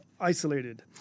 isolated